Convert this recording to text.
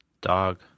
dog